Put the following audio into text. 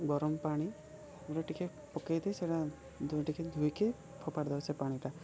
ଗରମ ପାଣି ରେ ଟିକେ ପକେଇ ଦେଇେ ସେଇଟା ଧୋଇ ଟିକେ ଧୋଇକି ଫୋପାଡ଼ି ଦେବା ସେ ପାଣିଟା